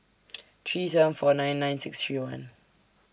three seven four nine nine six three one